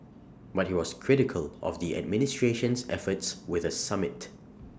but he was critical of the administration's efforts with A summit